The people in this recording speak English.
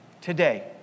today